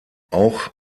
auch